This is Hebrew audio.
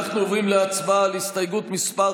אנחנו עוברים להצבעה על הסתייגות מס'